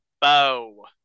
bow